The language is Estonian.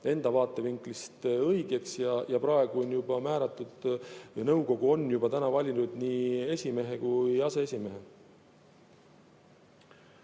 enda vaatevinklist õigeks. Praegu on juba määratud ja nõukogu on juba valinud nii esimehe kui ka aseesimehe.